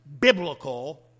biblical